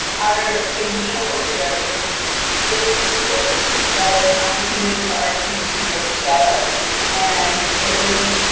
our example here is this really was an opportunity for our team to work together and it was